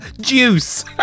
Juice